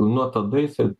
nuo tada jisai